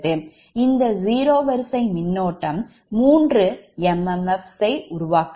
இந்த zero வரிசை மின்னோட்டம் 3 mmf's ஐ உருவாக்குகிறது